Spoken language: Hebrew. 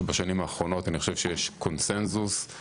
אני חושב שבשנים האחרונות יש קונצנזוס,